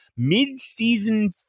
Mid-season